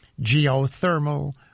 geothermal